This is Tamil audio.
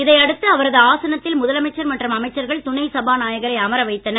இதை அடுத்து அவரது ஆசனத்தில் முதலமைச்சர் மற்றும் அமைச்சர்கள் துணைசபாநாயகரை அமர வைத்தனர்